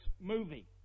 movie